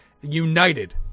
united